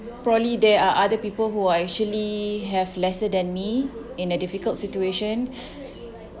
probably there are other people who actually have lesser than me in a difficult situation